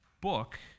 book